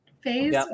phase